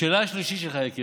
לשאלה השלישית שלך, יקירי,